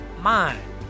mind